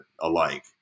alike